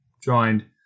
Joined